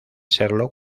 serlo